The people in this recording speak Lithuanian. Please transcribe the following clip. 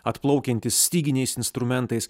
atplaukiantys styginiais instrumentais